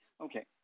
Okay